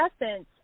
essence